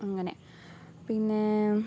അങ്ങനെ പിന്നേം